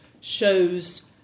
shows